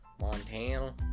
Montana